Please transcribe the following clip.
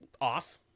off